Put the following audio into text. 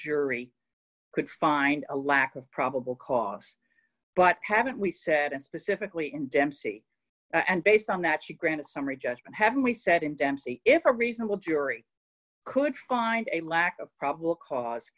jury could find a lack of probable cause but haven't we said specifically in dempsey and based on that she granted summary judgment haven't we said in dempsey if a reasonable jury could find a lack of probable cause